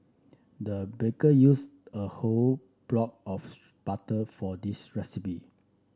the baker used a whole block of butter for this recipe